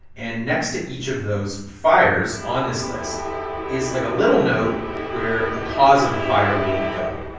and next to each of those fires on this list is like a little note where the cause of the fire would go.